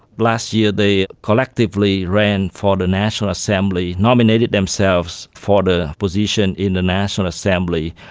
last year they collectively ran for the national assembly, nominated themselves for the position in the national assembly,